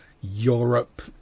europe